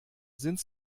sind